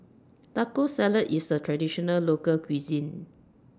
Taco Salad IS A Traditional Local Cuisine